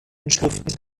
inschriften